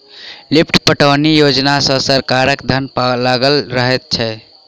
lift पटौनी योजना मे सरकारक धन लागल रहैत छै